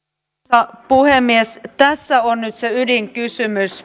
arvoisa puhemies tässä on nyt se ydinkysymys